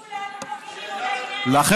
לא,